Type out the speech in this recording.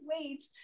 sweet